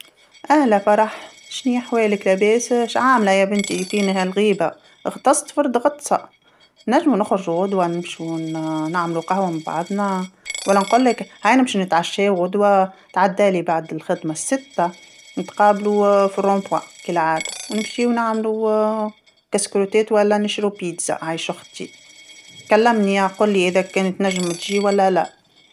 أهلا فرح، شنيا حوالك لباس، ش عاملة يا بنتي فين ها الغيبة، غطست فرد غطسه، نجمو نخرجو غدوه نمشو ن- نعملو قهوه مع بعضنا، ولا نقولك هيا نمشو نتعشاو غدوه، تعدالي بعد الخدمه السته، نتقابلو في الدوران كي العاده، ونمشيو نعملو كاسكروتات ولا نشرو بيتزا، عايشه اختي، كلمني آه، قلي إذا كان تنجم تجي ولا لا.